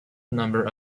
number